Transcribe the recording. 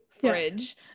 fridge